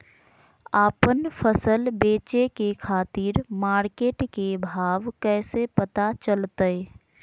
आपन फसल बेचे के खातिर मार्केट के भाव कैसे पता चलतय?